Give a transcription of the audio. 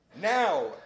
now